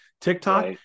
TikTok